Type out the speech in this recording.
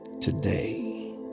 today